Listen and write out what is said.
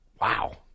Wow